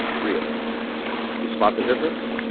real you spot the difference